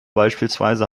beispielsweise